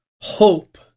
hope